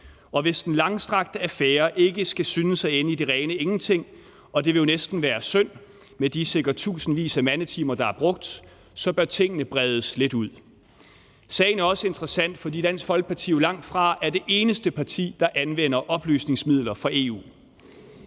Og hvis den langstrakte affære ikke skal synes at ende i det rene ingenting – og det ville jo næsten være synd med de sikkert tusindvis af mandetimer, der er brugt – bør tingene bredes lidt ud. Sagen er også interessant, fordi Dansk Folkeparti jo langtfra er det eneste parti, der anvender oplysningsmidler fra EU.